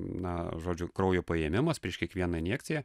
na žodžiu kraujo paėmimas prieš kiekvieną injekciją